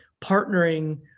partnering